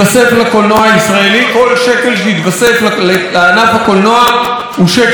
כל שקל שהתווסף לענף הקולנוע הוא שקל נכון והוא שקל ראוי.